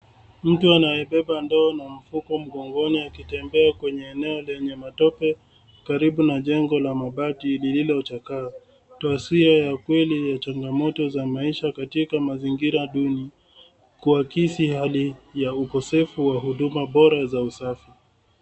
Mtu anayebeba ndoo na mfuko mgongoni akitembea kwenye eneo lenye matope karibu na jengo la mabati lililochakaa. Taswira ya kweli ya changamoto za maisha katikati mazingira duni kuakisi hali ya ukosefu wa huduma bora za usafi.